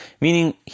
meaning